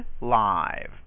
Live